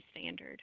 standard